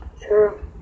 Sure